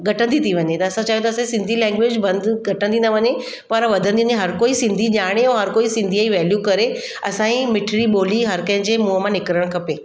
घटंदी थी वञे त असां चाहियूं था त असां सिंधी लैंग्वेज बंदि घटंदी न वञे पर वधंदे ॾींहुं हर कोई सिंधी ॼाणे हर कोई सिंधीअ ई वैल्यू करे असांजी मिठिड़ी ॿोली हर कंहिंजे मुंहुं मां निकिरणु खपे